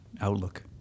outlook